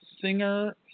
singer